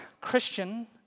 Christian